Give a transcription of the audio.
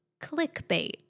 Clickbait